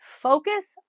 focus